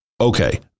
Okay